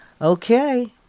Okay